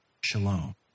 shalom